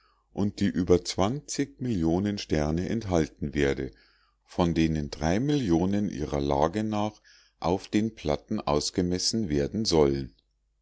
und die über millionen sterne enthalten werde von denen drei millionen ihrer lage nach auf den platten ausgemessen werden sollen